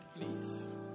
please